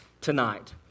tonight